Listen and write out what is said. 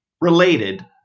related